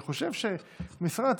אני חושב שמשרד התקשורת,